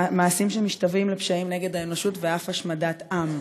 מעשים שמשתווים לפשעים נגד האנושות ואף השמדת עם.